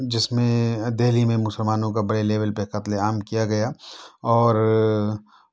جس میں دہلی میں مسلمانوں کا بڑے لیول پہ قتلِ عام کیا گیا اور